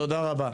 תודה רבה.